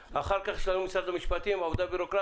אחר כך יש לנו את משרד המשפטים, עבודה בירוקרטית.